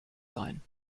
sein